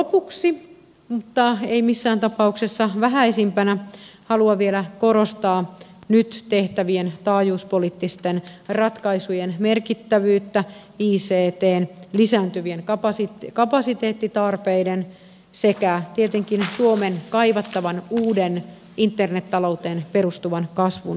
lopuksi mutta ei missään tapauksessa vähäisimpänä haluan vielä korostaa nyt tehtävien taajuuspoliittisten ratkaisujen merkittävyyttä ictn lisääntyvien kapasiteettitarpeiden sekä tietenkin suomeen kaivattavan uuden internettalouteen perustuvan kasvun kannalta